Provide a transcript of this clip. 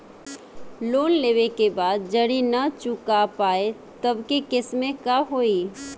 Loan लेवे के बाद जड़ी ना चुका पाएं तब के केसमे का होई?